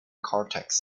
cortex